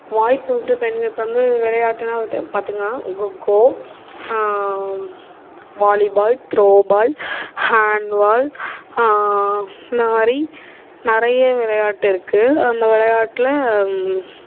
வாய்ப்பு இருக்கிற பெண்கள் இப்போ வந்து விளையாட்டுனா பார்த்தீங்கனா kho kho volleyball throwball handball இந்த மாதிரி நிறைய விளையாட்டு இருக்கு அந்த விளையாட்டுல